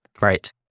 right